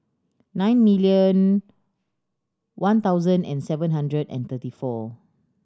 nine million one thousand and seven hundred and thirty four